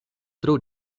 tro